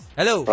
Hello